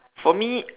for me